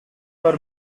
were